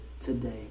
today